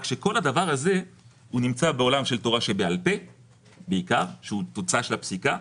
רק שכל הדבר הזה נמצא בעולם של תורה שבעל-פה שהוא תוצאה של הפסיקה.